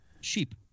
sheep